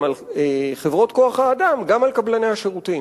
על חברות כוח-האדם גם על קבלני השירותים.